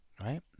Right